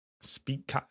speak